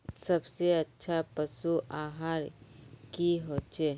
सबसे अच्छा पशु आहार की होचए?